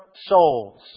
souls